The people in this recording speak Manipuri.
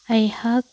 ꯑꯩꯍꯥꯛ